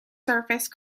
surface